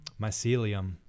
mycelium